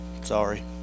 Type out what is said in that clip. sorry